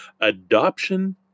adoption